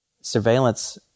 surveillance